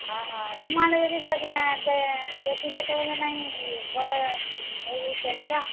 ହଁ ହଁ ତୁମହେଲେ ଯଦି ଦେଖିବା ତ ହେଲେ ନାଇଁ ଭଲ ନେଇି ଚକଟା